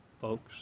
folks